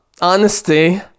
honesty